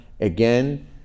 Again